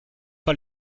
pas